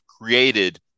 created